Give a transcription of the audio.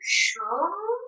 sure